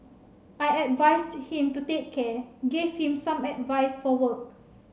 I advised him to take care gave him some advice for work